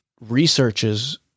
researches